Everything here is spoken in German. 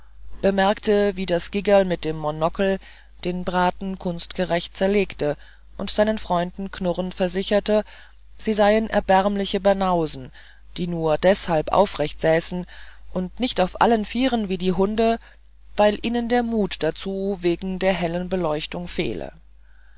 bemerkte wie das gigerl mit dem monokel den braten kunstgerecht zerlegte und seinen freunden knurrend versicherte sie seien erbärmliche banausen die nur deshalb aufrecht säßen und nicht auf allen vieren wie die hunde weil ihnen der mut dazu wegen der hellen beleuchtung fehle